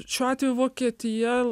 šiuo atveju vokietija